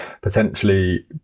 potentially